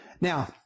Now